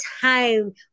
time